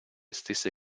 stesse